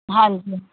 ਹਾਂਜੀ